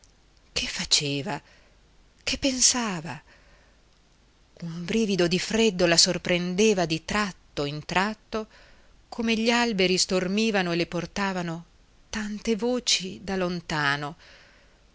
che faceva che pensava un brivido di freddo la sorprendeva di tratto in tratto come gli alberi stormivano e le portavano tante voci da lontano